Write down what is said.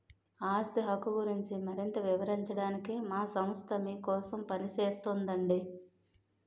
ఆస్తి హక్కు గురించి మరింత వివరించడానికే మా సంస్థ మీకోసం పనిచేస్తోందండి